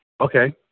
Okay